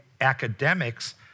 academics